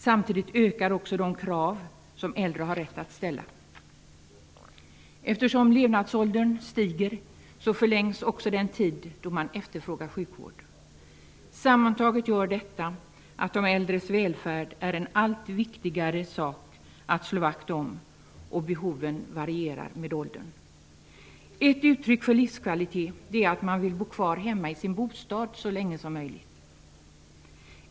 Samtidigt ökar också de krav som äldre har rätt att ställa. Eftersom levnadsåldern stiger förlängs också den tid då man efterfrågar sjukvård. Sammantaget gör detta att de äldres välfärd blir allt viktigare att slå vakt om, och behoven varierar med åldern. Ett uttryck för livskvalitet är att människor vill bo kvar hemma i sina bostäder så länge som möjligt.